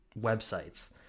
websites